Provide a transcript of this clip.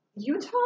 Utah